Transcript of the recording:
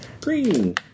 Green